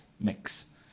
mix